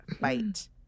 fight